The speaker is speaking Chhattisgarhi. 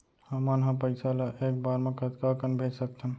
हमन ह पइसा ला एक बार मा कतका कन भेज सकथन?